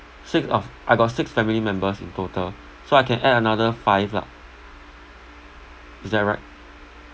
six of I got six family members in total so I can add another five lah is that right